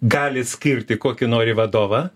gali skirti kokį nori vadovą